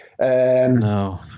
No